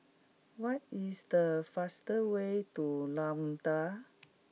what is the fastest way to Luanda